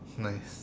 nice